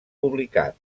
publicat